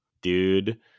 dude